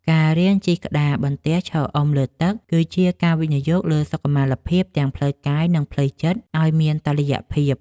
ការរៀនជិះក្តារបន្ទះឈរអុំលើទឹក គឺជាការវិនិយោគលើសុខុមាលភាពទាំងផ្លូវកាយ និងផ្លូវចិត្តឱ្យមានតុល្យភាព។